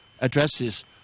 addresses